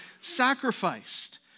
sacrificed